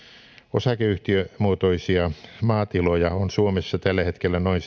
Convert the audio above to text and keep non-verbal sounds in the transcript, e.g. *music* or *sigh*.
osakeyhtiömuotoisia maatiloja on suomessa tällä hetkellä noin *unintelligible*